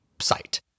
site